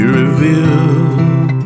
revealed